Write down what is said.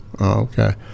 okay